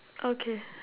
okay